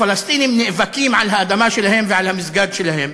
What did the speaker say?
הפלסטינים נאבקים על האדמה שלהם ועל המסגד שלהם.